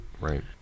Right